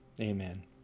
amen